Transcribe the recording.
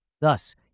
Thus